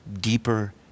deeper